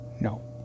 No